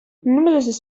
numerous